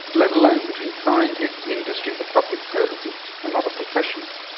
let alone between scientists, industry, the public services and other professions.